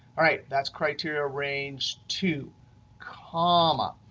all right. that's criteria range two comma.